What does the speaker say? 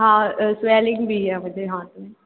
हाँ स्वेलिंग भी है मुझे हाथ में